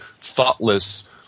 thoughtless